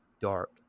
dark